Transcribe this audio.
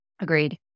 Agreed